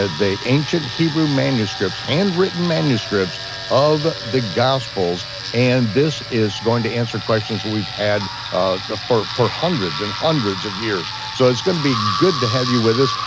ah the ancient hebrew manuscripts, handwritten manuscripts of the gospels and this going to answer questions that we've had for for hundreds and hundreds of years. so it's gonna be good to have you with us,